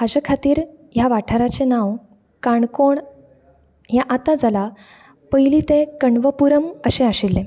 हाज्या खातीर ह्या वाठाराचें नांव काणकोण हें आता जालां पयलीं तें कण्वपुरम अशें आशिल्लें